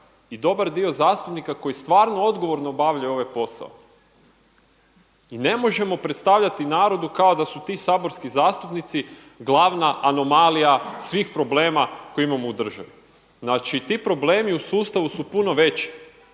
i dobar dio zastupnika koji stvarno odgovorno obavljaju ovaj posao i ne možemo predstavljati narodu kao da su ti saborski zastupnici glavna anomalija svih problema svih problema koje imamo u državi. Znači ti problemi u sustavu su puno veći